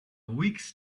weeks